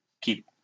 Keep